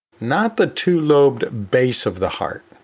not the two lobed base of the heart.